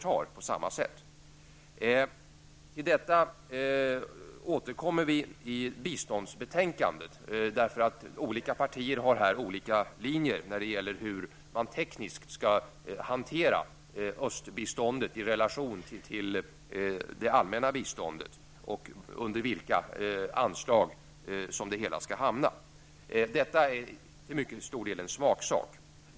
Till detta återkommer vi i biståndsbetänkandet. Partierna har olika uppfattningar om hur man tekniskt skall hantera östbiståndet och om hur det förhåller sig till det allmänna biståndet. Det är till stor del en smaksak ur vilket anslag östbiståndet tas.